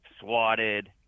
swatted